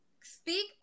Speak